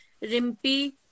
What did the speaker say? Rimpi